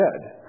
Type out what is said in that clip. dead